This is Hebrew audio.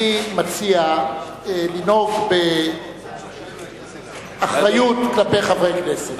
אני מציע לנהוג באחריות כלפי חברי כנסת.